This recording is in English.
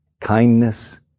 kindness